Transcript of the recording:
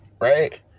right